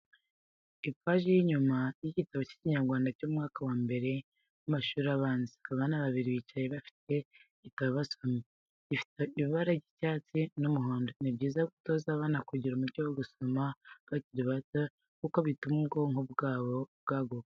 Ipaji y'inyuma y'igitabo cy'Ikinyarwanda cyo mu mwaka wa mbere w'amashuri abanza, abana babiri bicaye bafite igitabo basoma, gifite ibara ry'icyatsi n'umuhondo, ni byiza gutoza abana kugira umuco wo gusoma bakiri bato kuko bituma ubwonko bwabo bwaguka.